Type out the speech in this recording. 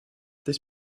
this